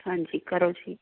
ਹਾਂਜੀ ਕਰੋ ਜੀ